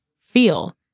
feel